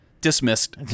Dismissed